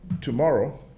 tomorrow